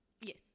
Yes